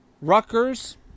Rutgers